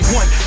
one